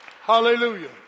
Hallelujah